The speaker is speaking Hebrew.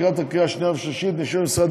לקראת הקריאה השנייה והשלישית נשב עם משרד